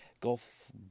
Golf